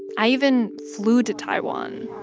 i even flew to taiwan,